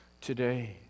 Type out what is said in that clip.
today